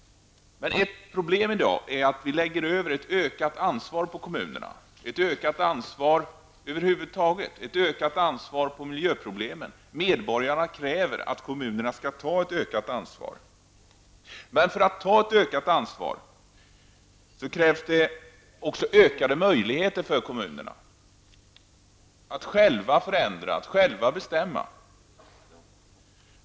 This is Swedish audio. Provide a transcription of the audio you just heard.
Ett problem i dag är att vi lägger över ett ökat ansvar på kommunerna, ett ökat ansvar över huvud taget och ett ökat ansvar för miljöproblemen. Medborgarna kräver att kommunerna skall ta ett ökat ansvar. Men för att ta ett ökat ansvar krävs det också ökade möjligheter för kommunerna att själva förändra och bestämma.